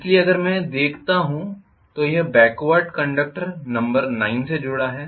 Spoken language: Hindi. इसलिए अगर मैं इसे देखता हूं तो यह बेकवार्ड कंडक्टर नंबर 9 से जुड़ा है